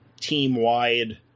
team-wide